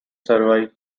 survive